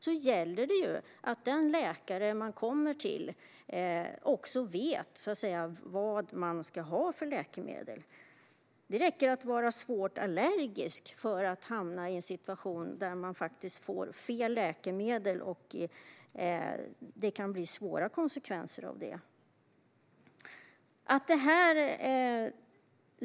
Då gäller det att den läkare man kommer till vet vad man ska ha för läkemedel. Det räcker att vara svårt allergisk för att hamna i en situation där man får fel läkemedel. Detta kan få svåra konsekvenser.